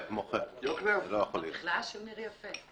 במכלאה של ניר-יפה.